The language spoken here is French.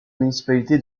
municipalité